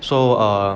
so err